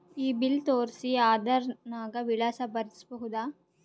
ಈ ಬಿಲ್ ತೋಸ್ರಿ ಆಧಾರ ನಾಗ ವಿಳಾಸ ಬರಸಬೋದರ?